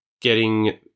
getting-